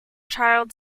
child